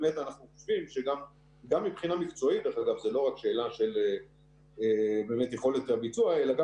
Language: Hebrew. זה לא רק שאלה של באמת יכולת הביצוע אלא גם